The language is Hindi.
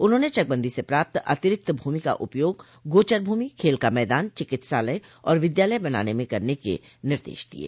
उन्होंने चकबंदी से प्राप्त अतिरिक्त भूमि का उपयोग गोचर भूमि खेल का मैदान चिकित्सालय और विद्यालय बनाने में करने के निर्देश दिये